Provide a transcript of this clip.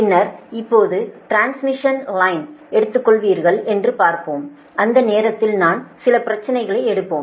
பின்னர் நீங்கள் எப்போது டிரான்ஸ்மிஷன் லைனை எடுத்துக்கொள்வீர்கள் என்று பார்ப்போம் அந்த நேரத்தில் நாம் சில பிரச்சனைகளை எடுப்போம்